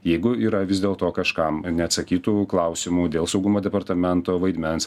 jeigu yra vis dėl to kažkam neatsakytų klausimų dėl saugumo departamento vaidmens